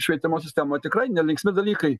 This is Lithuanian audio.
švietimo sistemoj tikrai nelinksmi dalykai